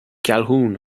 calhoun